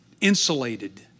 insulated